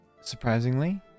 Surprisingly